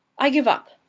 i give up.